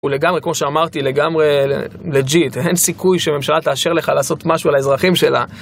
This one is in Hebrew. הוא לגמרי, כמו שאמרתי, לגמרי לג'יט, אין סיכוי שממשלה תאשר לך לעשות משהו על האזרחים שלה.